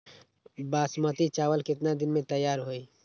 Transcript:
बासमती चावल केतना दिन में तयार होई?